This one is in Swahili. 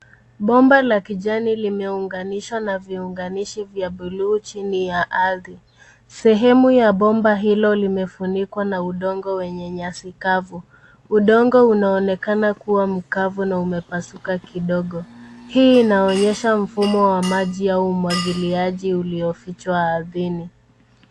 Bomba la kijani limeunganishwa na viunganishi vya buluu chini ya ardhi. Sehemu ya bomba hilo limefunikwa na udongo wenye nyasi kavu. Udongo unaonekana kuwa mkavu na umepasuka kidogo. Hii inaonyesha mfumo wa maji au umwagiliaji uliofichwa ardhini.